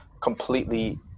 completely